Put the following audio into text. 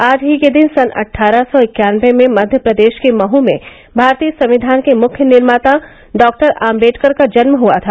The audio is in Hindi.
आज ही के दिन सन अटठारह सौ इक्यानवे में मध्य प्रदेश के मह में भारतीय संविधान के मुख्य निर्माता डॉक्टर आम्बेडकर का जन्म हआ था